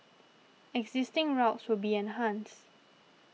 existing routes will be enhanced